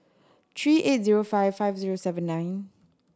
three eight zero five five zero seven nine